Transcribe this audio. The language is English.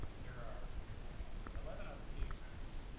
there are eleven other cases